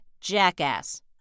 Jackass